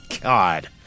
God